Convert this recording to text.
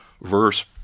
verse